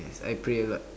I pray a lot